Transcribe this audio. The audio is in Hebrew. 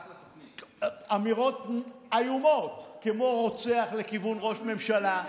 אמירות איומות, כמו "רוצח", לכיוון ראש ממשלה.